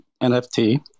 NFT